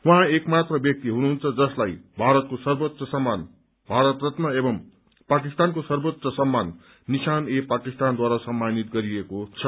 उहाँ एक मात्र व्यक्ति हुनुहुन्छ जसलाई भारतको सर्वोच्च सम्मान भारत रत्न एवं पाकिस्तानको सर्वोच्च सम्मान निशान ए पाकिस्तानद्वारा सम्मानित गरिएको छ